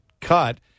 cut